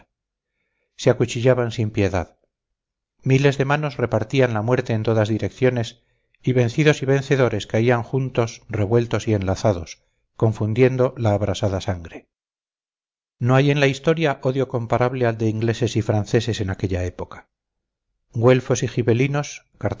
se acuchillaban sin piedad miles de manos repartían la muerte en todas direcciones y vencidos y vencedores caían juntos revueltos y enlazados confundiendo la abrasada sangre no hay en la historia odio comparable al de ingleses y franceses en aquella época güelfos